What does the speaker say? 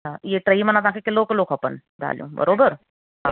इहे टई माना तव्हां खे किलो किलो खपनि दालियूं बराबरि